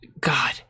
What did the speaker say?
god